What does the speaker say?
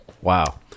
Wow